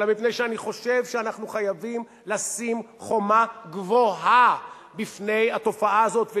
אלא מפני שאני חושב שאנחנו חייבים לשים חומה גבוהה בפני התופעה הזאת,